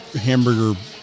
hamburger